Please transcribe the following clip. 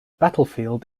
battlefield